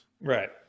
Right